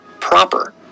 proper